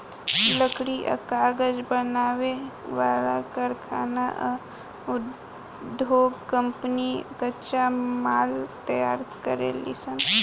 लकड़ी आ कागज बनावे वाला कारखाना आ उधोग कम्पनी कच्चा माल तैयार करेलीसन